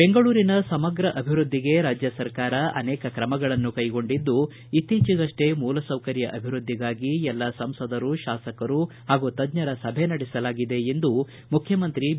ಬೆಂಗಳೂರಿನ ಸಮಗ್ರ ಅಭಿವೃದ್ದಿಗೆ ರಾಜ್ಯ ಸರ್ಕಾರ ಅನೇಕ ತ್ರಮಗಳನ್ನು ಕೈಗೊಂಡಿದ್ದು ಇತ್ತೀಚಿಗಷ್ಲೇ ಮೂಲಸೌಕರ್ಯ ಅಭಿವೃದ್ದಿಗಾಗಿ ಎಲ್ಲ ಸಂಸದರು ಶಾಸಕರು ಹಾಗೂ ತಜ್ಜರ ಸಭೆ ನಡೆಸಲಾಗಿದೆ ಎಂದು ಮುಖ್ಯಮಂತ್ರಿ ಬಿ